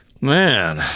man